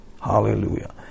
Hallelujah